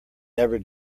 never